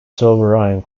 sovereign